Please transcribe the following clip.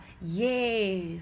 yes